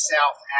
South